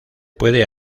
puede